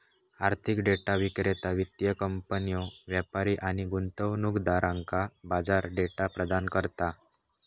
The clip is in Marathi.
आर्थिक डेटा विक्रेता वित्तीय कंपन्यो, व्यापारी आणि गुंतवणूकदारांका बाजार डेटा प्रदान करता